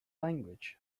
language